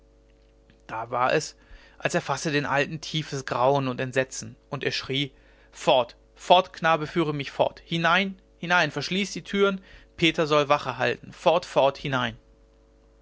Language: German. da war es als erfasse den alten tiefes grauen und entsetzen und er schrie fort fort knabe führe mich fort hinein hinein verschließ die türen peter soll wache halten fort fort hinein